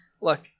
Look